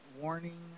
warning